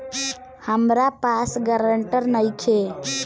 हमरा पास ग्रांटर नइखे?